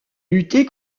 lutter